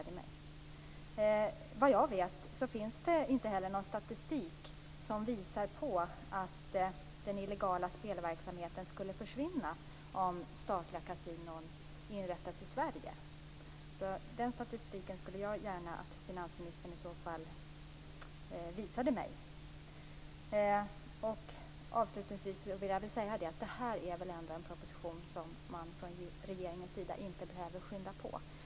Såvitt jag vet finns det inte heller någon statistik som visar på att den illegala spelverksamheten skulle försvinna om statliga kasinon inrättades i Sverige. Den statistiken skulle jag gärna vilja att finansministern i så fall visade mig. Allra sist vill jag säga att det här väl är en proposition som man från regeringens sida inte behöver skynda på.